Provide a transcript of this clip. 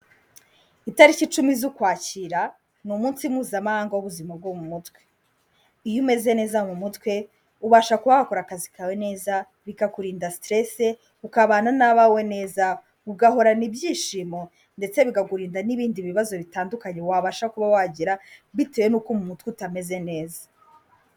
Itariki icumi z'ukwakira, ni umunsi Mpuzamahanga w'ubuzima bwo mu mutwe. Iyo umeze neza mu mutwe ubasha kuba wakora akazi kawe neza bikakurinda siterese, ukabana n'abawe neza, ugahorana ibyishimo ndetse bigakurinda n'ibindi bibazo bitandukanye wabasha kuba wagira bitewe n'uko mutwe utameze neza.